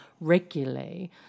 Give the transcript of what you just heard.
regularly